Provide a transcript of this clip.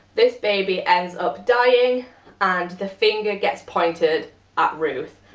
this baby ends up dying and the finger gets pointed at ruth.